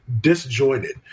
Disjointed